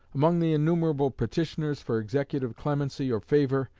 among the innumerable petitioners for executive clemency or favor,